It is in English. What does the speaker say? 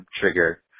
trigger